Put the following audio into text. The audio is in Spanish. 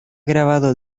grabado